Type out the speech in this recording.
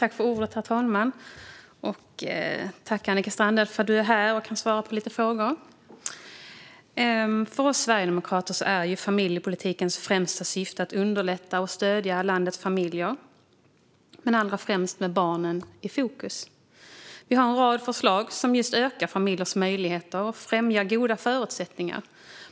Herr talman! Tack, Annika Strandhäll, för att du är här och kan svara på frågor! För oss sverigedemokrater är familjepolitikens främsta syfte att underlätta för och stödja landets familjer, allra främst med barnen i fokus. Vi har en rad förslag som ökar familjers möjligheter och främjar goda förutsättningar.